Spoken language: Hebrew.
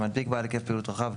"מנפיק בעל היקף פעילות רחב",